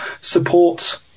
support